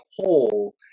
whole